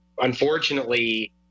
unfortunately